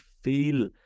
feel